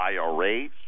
IRAs